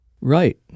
Right